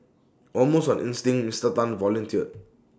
almost on instinct Mister Tan volunteered